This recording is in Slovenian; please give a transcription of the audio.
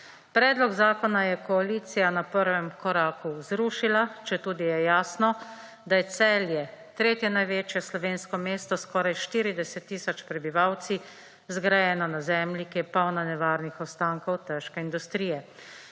Predlog zakona je koalicija na prvem koraku zrušila, četudi je jasno, da je Celje tretje največje slovensko mesto s skoraj 40 tisoč prebivalci, zgrajeno na zemlji, ki je polna nevarnih ostankov težke industrije.